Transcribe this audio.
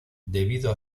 debido